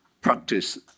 practice